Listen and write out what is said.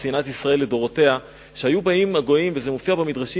"שנאת ישראל לדורותיה" וזה מופיע במדרשים,